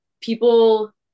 people